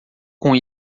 com